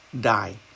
die